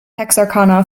texarkana